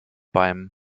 beim